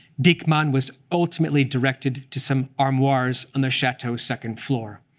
dieckmann was ultimately directed to some armoires on the chateau's second floor.